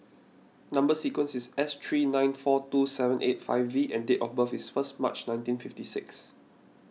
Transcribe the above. Number Sequence is S three nine four two seven eight five V and date of birth is first March nineteen fifty six